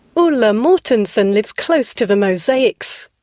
ulla mortensen lives close to the mosaics.